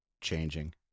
changing